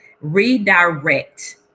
redirect